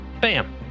bam